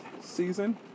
season